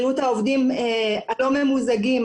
בריאות העובדים הלא ממוזגים,